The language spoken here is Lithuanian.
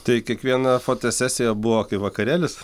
tai kiekviena fotosesija buvo kaip vakarėlis